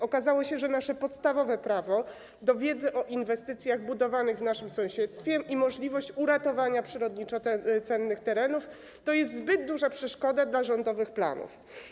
Okazało się, że nasze podstawowe prawo do wiedzy o inwestycjach budowlanych w naszym sąsiedztwie i możliwość uratowania przyrodniczo cennych terenów, to jest zbyt duża przeszkoda dla rządowych planów.